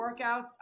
workouts